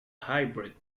hybrid